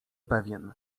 pewien